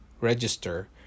register